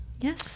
yes